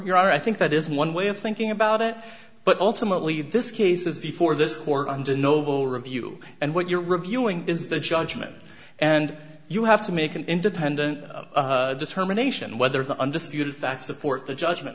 here i think that is one way of thinking about it but ultimately this case is before this court under novo review and what you're reviewing is the judgment and you have to make an independent just terminations whether the undisputed facts support the judgment